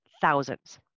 thousands